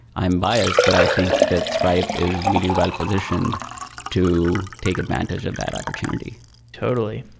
i am biased, but i think that stripe is really well-positioned to take advantage of that opportunity totally.